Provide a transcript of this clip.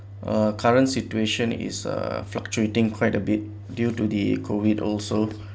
a current situation is a fluctuating quite a bit due to the COVID also